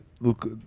look